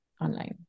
online